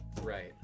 right